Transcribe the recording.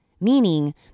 meaning